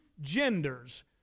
genders